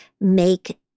make